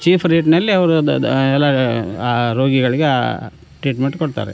chief ರೇಟಿನಲ್ಲಿ ಅವರು ಅದು ಎಲ್ಲ ರೋಗಿಗಳಿಗೆ ಆ ಟ್ರೀಟ್ಮೆಂಟ್ ಕೊಡ್ತಾರೆ